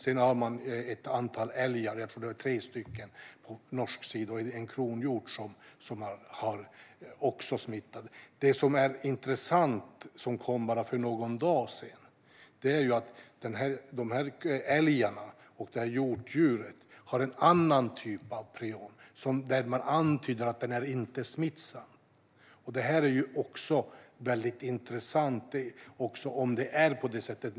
Sedan har man ett antal älgar - jag tror att det är tre - och en kronhjort på norsk sida som också är smittade. För bara någon dag sedan framkom något intressant, nämligen att dessa älgar och detta hjortdjur har en annan typ av prion. Man antyder att den inte är smittsam. Det är också mycket intressant om det är på det sättet.